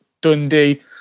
Dundee